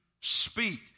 speak